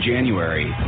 January